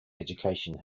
education